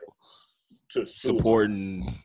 supporting